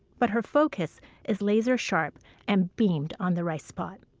but her focus is laser sharp and beamed on the rice pot.